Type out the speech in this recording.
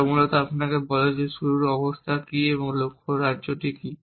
যা মূলত আপনাকে বলে যে শুরুর অবস্থা কী এবং লক্ষ্য রাজ্যটি কী